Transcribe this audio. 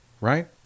right